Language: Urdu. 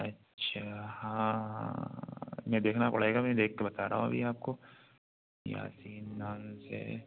اچھا ہاں ہاں میں دیکھنا پڑے گا میں دیکھ کے بتا رہا ہوں ابھی آپ کو یاسین نام سے